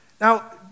Now